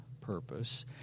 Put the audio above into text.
purpose